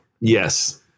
Yes